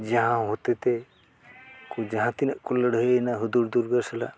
ᱡᱟᱦᱟᱸ ᱦᱚᱛᱮ ᱛᱮ ᱠᱚ ᱡᱟᱦᱟᱸ ᱛᱤᱱᱟᱹᱜ ᱠᱚ ᱞᱟᱹᱲᱦᱟᱹᱭᱮᱱᱟ ᱦᱩᱫᱩᱲ ᱫᱩᱨᱜᱟ ᱥᱟᱞᱟᱜ